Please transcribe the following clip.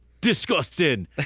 Disgusting